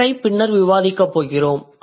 இவற்றைப் பின்னர் விவாதிக்கப் போகிறோம்